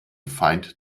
feind